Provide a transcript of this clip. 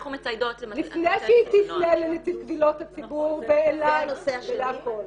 לפני שהיא תפנה לנציב קבילות הציבור ואליי והכל.